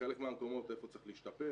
בחלק מהמקומות איפה צריך להשתפר,